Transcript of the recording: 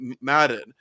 Madden